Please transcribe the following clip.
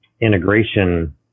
integration